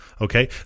Okay